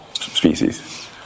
species